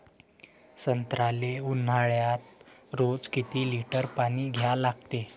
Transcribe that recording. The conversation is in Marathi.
संत्र्याले ऊन्हाळ्यात रोज किती लीटर पानी द्या लागते?